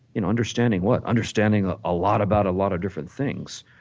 and understanding what? understanding ah a lot about a lot of different things,